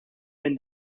been